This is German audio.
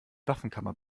waffenkammer